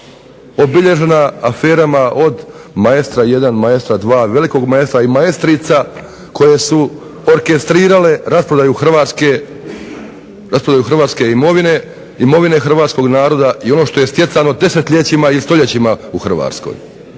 Obilježena aferama od maestra jedan, maestra dva, velikog maestra i maestrica, koje su orkestrirale rasprodaju hrvatske imovine, imovine hrvatskog naroda i ono što je stjecano desetljećima i stoljećima u Hrvatskoj.